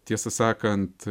tiesą sakant